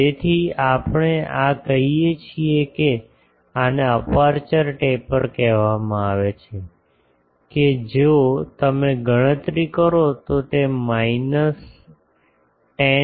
તેથી આપણે આ કહી શકીએ કે આને અપેર્ચર ટેપર કહેવામાં આવે છે કે જો તમે ગણતરી કરો તો તે માયનસ 10